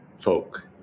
folk